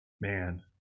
Man